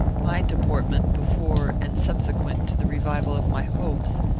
my deportment, before and subsequent to the revival of my hopes,